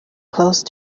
close